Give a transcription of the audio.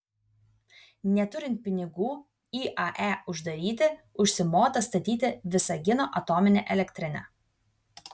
neturint pinigų iae uždaryti užsimota statyti visagino atominę elektrinę